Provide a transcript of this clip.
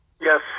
Yes